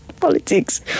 Politics